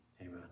amen